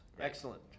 Excellent